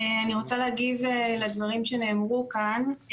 אני רוצה להגיב לדברים שנאמרו כאן.